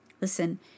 Listen